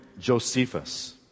Josephus